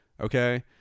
okay